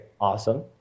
Awesome